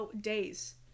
days